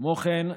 כמו כן,